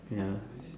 ya